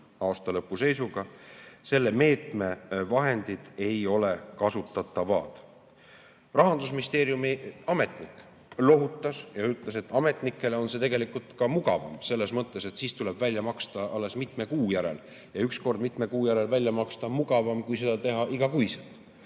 aasta lõpu seisuga juba kolm kuud õigustatud ootus, ei ole kasutatavad. Rahandusministeeriumi ametnik lohutas ja ütles, et ametnikele on see tegelikult ka mugavam, selles mõttes, et siis tuleb raha välja maksta alles mitme kuu järel ja üks kord mitme kuu järel välja maksta on mugavam, kui seda teha igakuiselt.